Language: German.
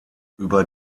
über